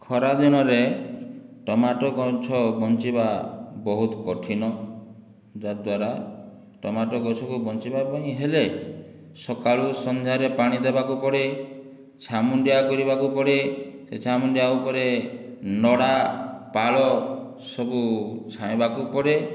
ଖରା ଦିନରେ ଟମାଟୋ ଗଛ ବଞ୍ଚିବା ବହୁତ କଠିନ ଯାହାଦ୍ୱାରା ଟମାଟୋ ଗଛକୁ ବଞ୍ଚେଇବା ପାଇଁ ହେଲେ ସକାଳୁ ସନ୍ଧ୍ୟାରେ ପାଣି ଦେବାକୁ ପଡ଼େ ଛାମୁଣ୍ଡିଆ କରିବାକୁ ପଡ଼େ ସେ ଛାମୁଣ୍ଡିଆ ଉପରେ ନଡ଼ା ପାଳ ସବୁ ଛାଇଁବାକୁ ପଡ଼େ